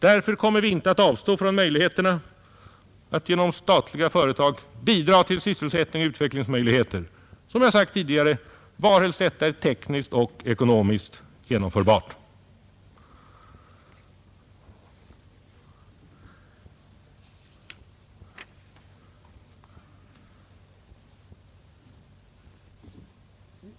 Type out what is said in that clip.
Därför kommer vi inte att avstå från möjligheterna att genom statliga företag bidra till sysselsättningen och utvecklingen, varhelst detta är tekniskt och ekonomiskt genomförbart.